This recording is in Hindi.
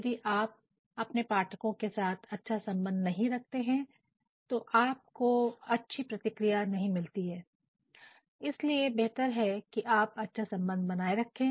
यदि आप अपने पाठकों के साथ अच्छा संबंध नहीं रखते हैं तो आपको अच्छी प्रतिक्रिया नहीं मिलती है इसलिए बेहतर है कि आप अच्छा संबंध बनाए रखें